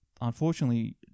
unfortunately